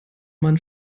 man